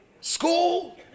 school